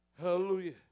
hallelujah